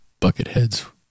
Bucketheads